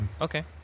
Okay